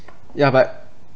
ya but